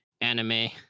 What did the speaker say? anime